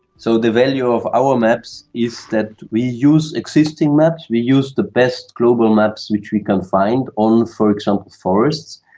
so the value of our maps is that we use existing maps, we use the best global maps which we can find on, for example, forests,